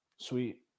Sweet